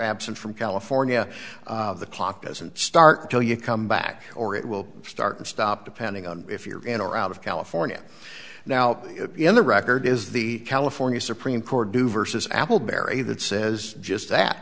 absent from california the clock doesn't start till you come back or it will start and stop depending on if you're in or out of california now in the record is the california supreme court do versus apple barry that says just that